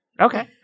Okay